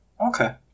Okay